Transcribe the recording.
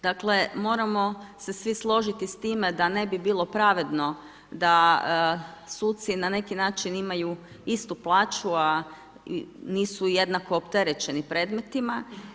Dakle moramo se svi složiti s time da ne bi bilo pravedno da suci na neki način imaju istu plaću a nisu jednako opterećeni predmetima.